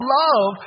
love